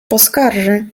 poskarży